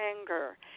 anger